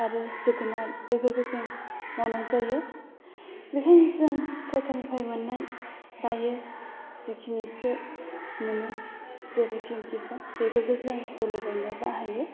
आरो जोगोनार बेफोरखौ जों मावनाय जायो बेनिखायनो जों सोरखारनिफ्राय मोननाय दायो जिखिनि एसे मोनो जेरै पि एम खिसान बेफोरखौ जों जोलै बायनायाव बाहायो